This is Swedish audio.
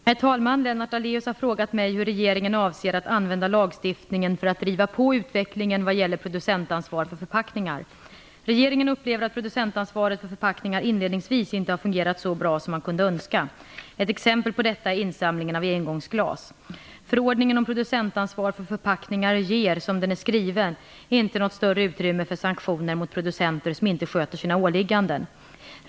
Herr talman! Lennart Daléus har frågat mig hur regeringen avser att använda lagstiftningen för att driva på utvecklingen vad gäller producentansvar för förpackningar. Regeringen upplever att producentansvaret för förpackningar inledningsvis inte har fungerat så bra som man kunde önska. Ett exempel på detta är insamlingen av engångsglas. Förordningen om producentansvar för förpackningar ger, som den är skriven, inte något större utrymme för sanktioner mot producenter som inte sköter sina åligganden.